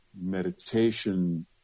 meditation